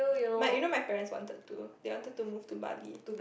but you know my parents wanted to they wanted to move to Bali